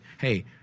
hey